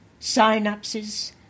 synapses